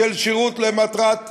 של שירות למטרת האזרח.